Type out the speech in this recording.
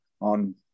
on